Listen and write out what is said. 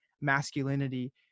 masculinity